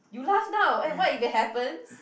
you laugh now eh what if it happens